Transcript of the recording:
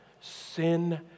sin